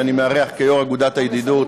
שאני מארח כיו"ר אגודת הידידות,